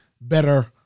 better